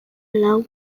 lau